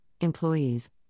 employees